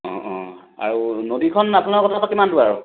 অঁ অঁ আৰু নদীখন আপোনাৰ পৰা কিমান দূৰ আৰু